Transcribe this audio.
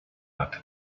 not